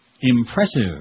impressive